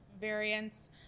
variants